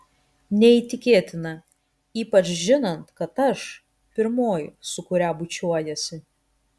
neįtikėtina ypač žinant kad aš pirmoji su kuria bučiuojiesi